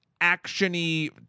action-y